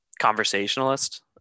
conversationalist